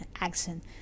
accent